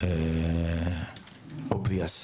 ברורה מאליה.